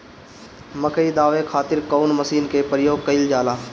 मकई दावे खातीर कउन मसीन के प्रयोग कईल जाला?